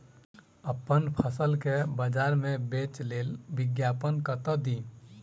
अप्पन फसल केँ बजार मे बेच लेल विज्ञापन कतह दी?